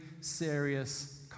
serious